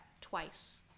twice